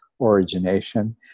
origination